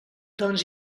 doncs